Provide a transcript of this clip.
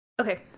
Okay